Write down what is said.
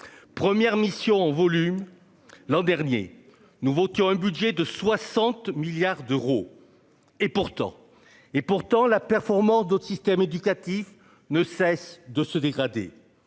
Première mission en volume l'an dernier nouveau qui ont un budget de 60 milliards d'euros. Et pourtant et pourtant la performance d'autres systèmes éducatifs ne cesse de se dégrader,